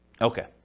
Okay